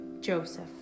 Joseph